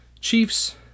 chiefs